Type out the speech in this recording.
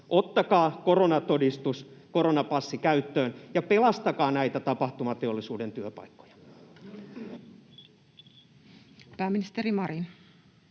Ottakaa koronatodistus, koronapassi käyttöön ja pelastakaa näitä tapahtumateollisuuden työpaikkoja. [Speech 73]